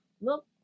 Look